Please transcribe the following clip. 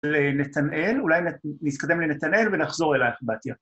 ‫לנתנאל, אולי נתקדם לנתנאל ‫ונחזור אלייך בתיה.